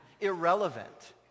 irrelevant